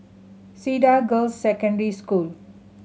Cedar Girls' Secondary School